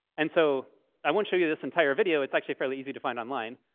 and so i won't show you this entire video. it's actually fairly easy to find online.